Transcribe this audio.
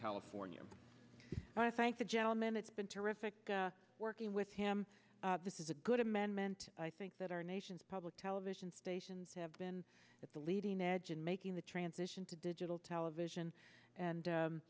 california and i thank the gentleman it's been terrific working with him this is a good amendment i think that our nation's public television stations have been at the leading edge in making the transition to digital television and